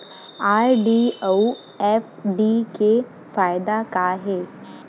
RD अऊ FD के फायेदा का हे?